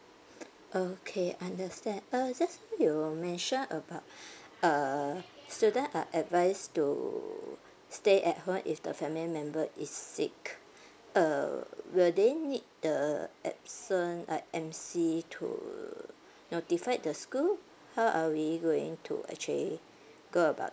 okay understand uh just now you mentioned about uh students are advised to stay at home if the family member is sick uh will they need the absent like M_C to notify the school how are we going to actually go about